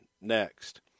next